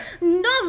No